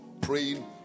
Praying